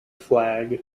flag